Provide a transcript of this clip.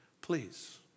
please